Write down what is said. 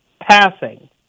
passing